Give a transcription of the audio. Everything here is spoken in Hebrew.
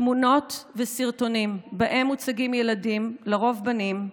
תמונות וסרטונים שבהם מוצגים ילדים, לרוב בנים,